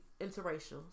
interracial